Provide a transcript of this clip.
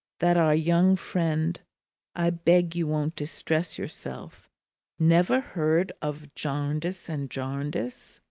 that our young friend i beg you won't distress yourself never heard of jarndyce and jarndyce!